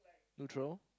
neutral